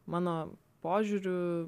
mano požiūriu